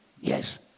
Yes